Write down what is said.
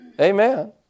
Amen